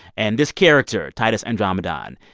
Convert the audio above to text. and this character, titus andromedon,